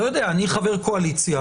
אני לא יודע, אני חבר קואליציה,